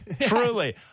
Truly